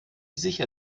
sicher